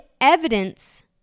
evidence